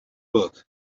book